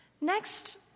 Next